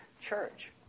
church